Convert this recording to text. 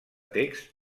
text